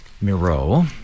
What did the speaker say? miro